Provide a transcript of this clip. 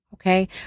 Okay